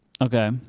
Okay